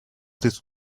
this